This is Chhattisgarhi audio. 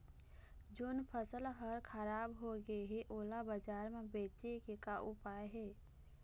जोन फसल हर खराब हो गे हे, ओला बाजार म बेचे के का ऊपाय हे?